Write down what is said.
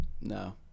No